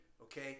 okay